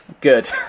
Good